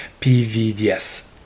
PVDS